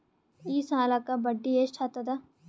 ಈ ಸಾಲಕ್ಕ ಬಡ್ಡಿ ಎಷ್ಟ ಹತ್ತದ?